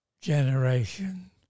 generation